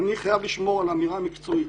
אני חייב לשמור על אמירה מקצועית.